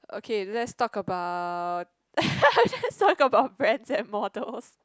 okay let's talk about let's talk about brands and models